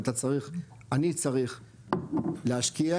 אני צריך להשקיע,